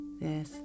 Yes